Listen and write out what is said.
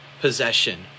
possession